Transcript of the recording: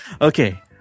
Okay